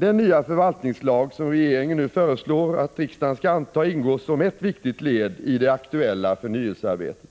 Den nya förvaltningslag som regeringen nu föreslår att riksdagen skall anta ingår som ett viktigt led i det aktuella förnyelsearbetet.